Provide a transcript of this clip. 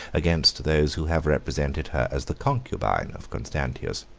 against those who have represented her as the concubine of constantius.